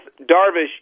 Darvish